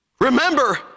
Remember